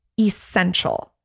essential